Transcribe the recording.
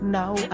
now